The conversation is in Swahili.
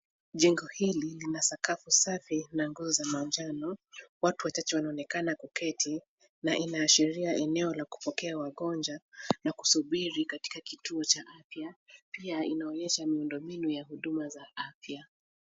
Jengo hili lina sakafu safi na nguzo za manjano. Watu wachache wanaonekana kuketi na inaashiria eneo la kupokea wagonjwa na kusubiri katika kituo cha afya. Pia inaonyesha miundo mbinu ya huduma za afya.